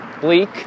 Bleak